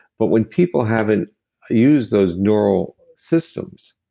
but when people haven't used those neural systems,